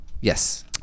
Yes